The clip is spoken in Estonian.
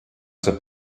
saab